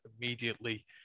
immediately